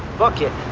fuck it.